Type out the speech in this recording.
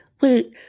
wait